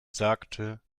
sagte